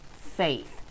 faith